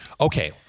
Okay